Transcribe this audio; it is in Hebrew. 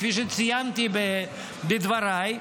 כפי שציינתי בדבריי,